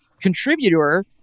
contributor